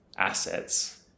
assets